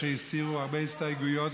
שהסירו הרבה הסתייגויות.